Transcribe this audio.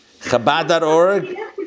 Chabad.org